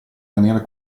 maniera